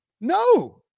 no